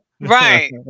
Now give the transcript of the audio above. Right